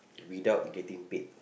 without getting paid